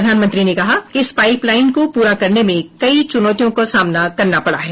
प्रधानमंत्री ने कहा इस पाईपलाइन को प्ररा करने में कई चूनौतियों का सामना करना पडा है